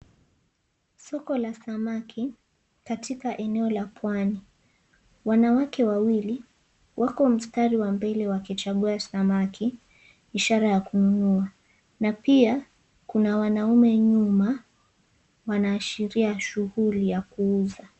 Soko la samaki katika eneo la pwani, wanawake wawili wako mstari wa mbele wakichagua samaki, ishara ya kununua na pia kuna wanaume nyuma wanaashiria shughuli ya kuuza.